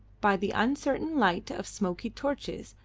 by the uncertain light of smoky torches,